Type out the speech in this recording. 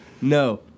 No